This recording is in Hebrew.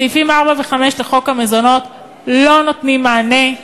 סעיפים 4 ו-5 לחוק המזונות לא נותנים מענה,